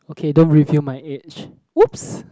okay don't reveal my age opps